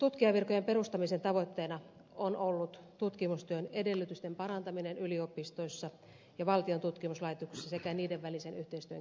tutkijanvirkojen perustamisen tavoitteena on ollut tutkimustyön edellytysten parantaminen yliopistoissa ja valtion tutkimuslaitoksissa sekä niiden välisen yhteistyön kehittäminen